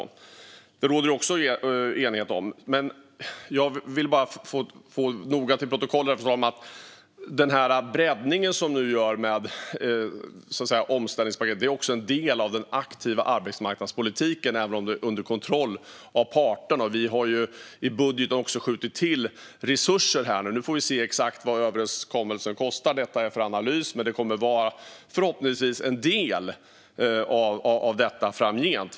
Också detta råder det enighet om. Jag vill bara få fört till protokollet att den breddning som nu görs av omställningspaketet också är en del av den aktiva arbetsmarknadspolitiken, även om det sker under kontroll av parterna. Vi har i budgeten skjutit till resurser, och nu får vi se exakt vad överenskommelsen kostar. Det här är för analys, men det kommer förhoppningsvis att vara en del av detta framgent.